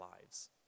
lives